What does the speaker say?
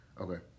Okay